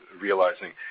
realizing